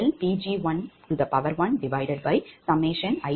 16575